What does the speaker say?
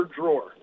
drawer